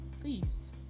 please